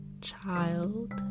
child